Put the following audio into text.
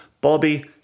Bobby